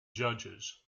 judges